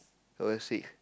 how was it